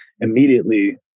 immediately